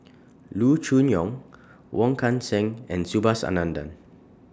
Loo Choon Yong Wong Kan Seng and Subhas Anandan